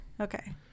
okay